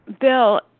Bill